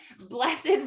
blessed